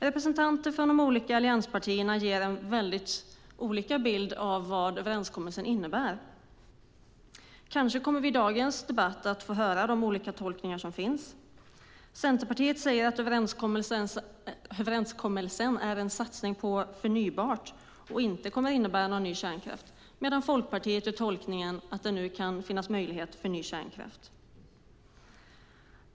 Representanter från de olika allianspartierna ger mycket olika bilder av vad energiöverenskommelsen innebär. Kanske kommer vi i dagens debatt att få höra de olika tolkningar som finns. Centerpartiet säger att överenskommelsen är en satsning på förnybart och att den inte kommer att innebära någon ny kärnkraft. Folkpartiet däremot gör tolkningen att det nu kan finnas möjligheter för ny kärnkraft.